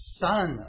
son